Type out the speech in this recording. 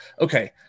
okay